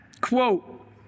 quote